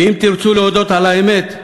ואם תרצו להודות על האמת,